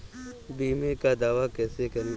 बीमे का दावा कैसे करें?